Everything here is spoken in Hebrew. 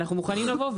אנחנו מוכנים לבוא,